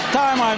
time